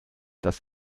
das